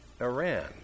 Iran